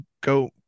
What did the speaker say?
go